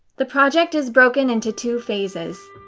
the project is broken into two phases.